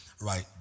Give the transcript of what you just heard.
Right